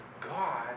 God